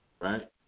right